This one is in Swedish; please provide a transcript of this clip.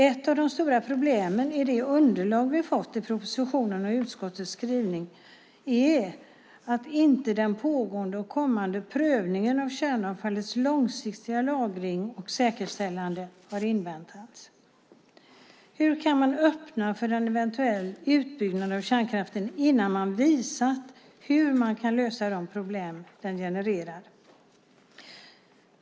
Ett av de stora problemen i det underlag som vi fått i propositionen och utskottets skrivning är att inte den pågående och kommande prövningen av kärnavfallets långsiktiga lagring och säkerställande har inväntats. Hur kan man öppna för en eventuell utbyggnad av kärnkraften innan man visat hur man kan lösa de problem den genererar?